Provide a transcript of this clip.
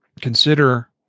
consider